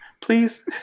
Please